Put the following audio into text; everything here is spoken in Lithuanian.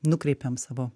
nukreipiam savo